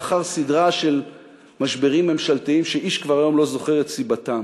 לאחר סדרה של משברים ממשלתיים שאיש היום כבר לא זוכר את סיבתם,